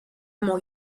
mon